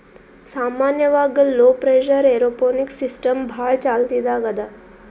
ಸಾಮಾನ್ಯವಾಗ್ low pressure aeroponics system ಭಾಳ್ ಚಾಲ್ತಿದಾಗ್ ಅದಾ